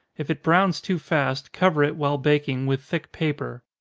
if it browns too fast, cover it, while baking, with thick paper.